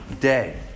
day